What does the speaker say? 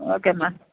ஓகேம்மா